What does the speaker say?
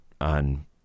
on